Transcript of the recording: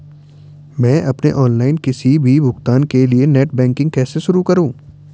मैं अपने ऑनलाइन किसी भी भुगतान के लिए नेट बैंकिंग कैसे शुरु करूँ?